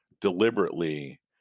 deliberately